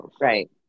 Right